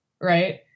right